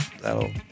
That'll